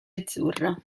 azzurra